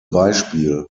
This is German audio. beispiel